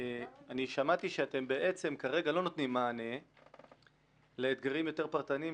אני שמעתי שאתם בעצם כרגע לא נותנים מענה לאתגרים יותר פרטניים